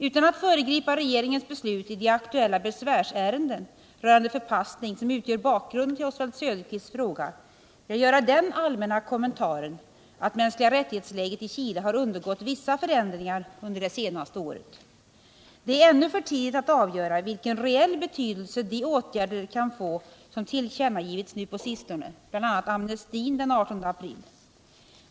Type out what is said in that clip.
Utan att föregripa regeringens beslut i de aktuella besvärsärenden rörande förpassning, som utgör bakgrunden till Oswald Söderqvists fråga, vill jag göra den allmänna kommentaren att läget i fråga om de mänskliga rättigheterna i Chile har undergått vissa förändringar under det senaste året. Det är ännu för tidigt att avgöra vilken reell betydelse de åtgärder kan få som tillkännagivits nu på sistone, bl.a. amnestin den 18 april.